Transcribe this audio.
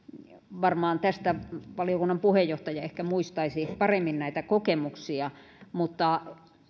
varmaan valiokunnan puheenjohtaja ehkä muistaisi paremmin näitä kokemuksia mutta